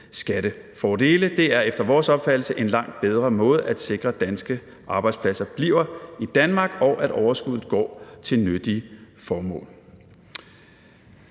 skattefordele. Det er efter vores opfattelse en langt bedre måde at sikre, at danske arbejdspladser bliver i Danmark, og at overskuddet går til nyttige formål.